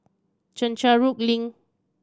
Chencharu Link